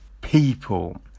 people